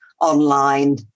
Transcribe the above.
online